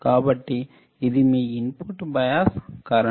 కాబట్టి ఇది మీ ఇన్పుట్ బయాస్ కరెంట్